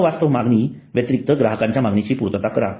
अवास्तव मागणी व्यतिरिक्त ग्राहकाच्या मागणीची पूर्तता करा